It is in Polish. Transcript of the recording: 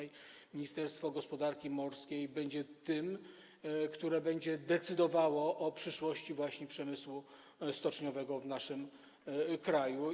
I ministerstwo gospodarki morskiej będzie tym, które będzie decydowało o przyszłości przemysłu stoczniowego w naszym kraju.